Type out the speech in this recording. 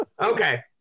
Okay